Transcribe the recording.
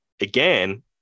again